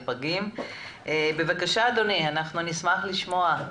בבקשה אדוני, נשמח לשמוע.